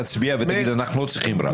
תצביע ותגיד: אנחנו לא צריכים רב.